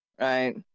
right